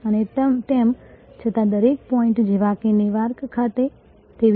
અને તેમ છતાં દરેક પોઈન્ટ જેવા કે નેવાર્ક ખાતે 23